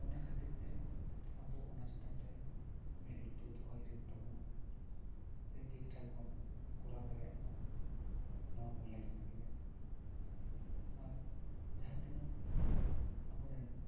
ᱚᱱᱟ ᱠᱷᱟᱹᱛᱤᱨ ᱛᱮ ᱟᱵᱚ ᱚᱱᱟ ᱪᱮᱛᱟᱱ ᱨᱮ ᱢᱮᱫ ᱞᱩᱛᱩᱨ ᱫᱚᱦᱚᱭ ᱦᱩᱭᱩᱜ ᱛᱟᱵᱚᱱᱟ ᱥᱮ ᱴᱷᱤᱠ ᱴᱷᱟᱠ ᱵᱚᱱ ᱠᱟᱨᱟᱣ ᱫᱟᱲᱮᱭᱟᱜ ᱢᱟ ᱱᱚᱣᱟ ᱵᱚ ᱧᱮᱞ ᱥᱟᱸᱜᱮᱭᱟ ᱟᱨ ᱡᱟᱦᱟᱸ ᱛᱤᱱᱟᱹᱜ ᱟᱵᱚᱨᱮᱱ